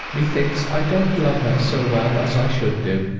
methinks, i don't love her so well as i should do,